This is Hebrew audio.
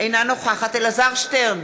אינה נוכחת אלעזר שטרן,